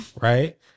Right